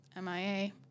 MIA